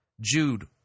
Jude